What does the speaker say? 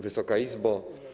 Wysoka Izbo!